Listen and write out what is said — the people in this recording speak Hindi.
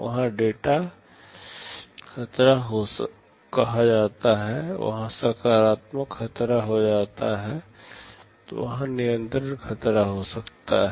वहाँ डेटा खतरा कहा जाता है वहाँ संरचनात्मक खतरा हो सकता है वहाँ नियंत्रण खतरा हो सकता है